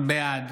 בעד